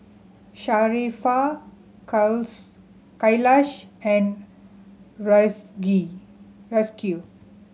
Sharifah Khalish and Rizqi